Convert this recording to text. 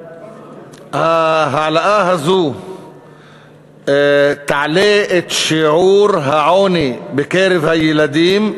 ההעלאה הזאת תעלה את שיעור העוני בקרב הילדים.